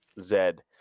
Zed